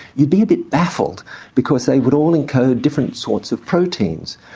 you'd be a bit baffled because they would all encode different sorts of proteins.